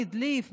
מי הדליף,